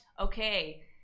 Okay